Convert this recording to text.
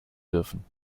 dürfen